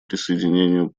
присоединению